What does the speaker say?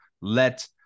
Let